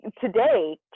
today